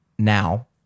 now